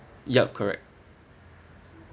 yup correct